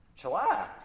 chillax